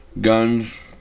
Guns